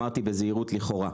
אמרתי בזהירות לכאורה.